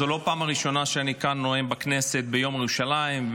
זו לא הפעם הראשונה שאני נואם בכנסת ביום ירושלים.